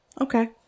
Okay